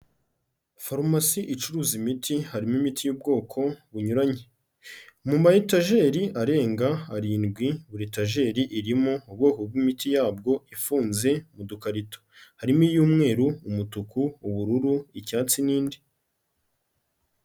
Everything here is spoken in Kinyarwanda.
Farumasi icuruza imiti harimo imiti y'ubwoko bunyuranye, mu maetajeri arenga arindwi buri tageri irimo ubwoko bw'imiti yabwo ifunze mu dukarito, harimo iy'umweru, umutuku, ubururu, icyatsi n'indi.